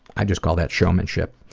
i just call that showmanship.